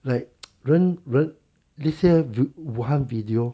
like 人人那些武汉 video